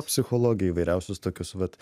psichologija įvairiausius tokius vat